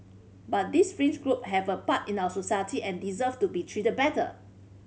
but these fringe group have a part in our society and deserve to be treated better